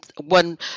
one